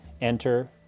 enter